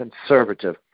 conservative